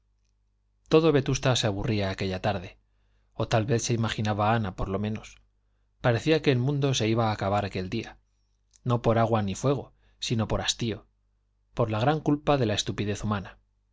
todo vetusta se aburría aquella tarde o tal se imaginaba ana por lo menos parecía que el mundo se iba a acabar aquel día no por agua ni fuego sino por hastío por la gran culpa de la estupidez humana